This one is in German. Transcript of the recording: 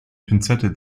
pinzette